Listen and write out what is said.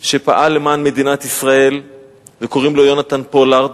שפעל למען מדינת ישראל וקוראים לו יהונתן פולארד.